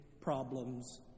problems